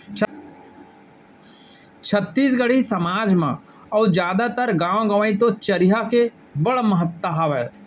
छत्तीसगढ़ी समाज म अउ जादातर गॉंव गँवई तो चरिहा के बड़ महत्ता हावय